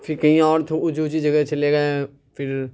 پھر کہیں اور اونچی اونچی جگہ چلے گئے پھر